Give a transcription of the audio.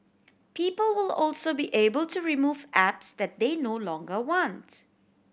people will also be able to remove apps that they no longer wants